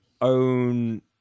own